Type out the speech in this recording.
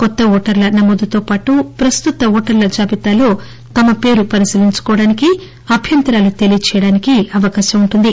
కొత్త ఓటర్ల నమోదుతోపాటు వస్తుత ఓటర్లు జాబితాలో తమ పేరు పరిశీలించుకోవడానికి అభ్యంతరాలు తెలియజేయడానికి అవకాశం ఉంటుంది